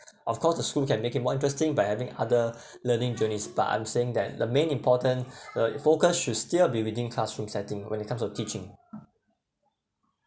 of course the school can make it more interesting by adding other learning journeys but I'm saying that the main important the focus should still be within classroom setting when it comes to teaching